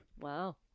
Wow